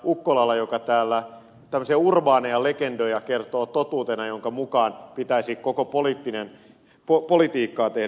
ukkolalla joka täällä tämmöisiä urbaaneja legendoja kertoo totuutena jonka mukaan pitäisi politiikkaa tehdä